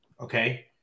Okay